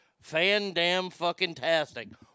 Fan-damn-fucking-tastic